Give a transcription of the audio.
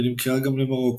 ונמכרה גם למרוקו.